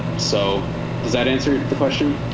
so does that answer the question?